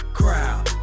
crowd